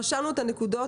רשמנו את הנקודות,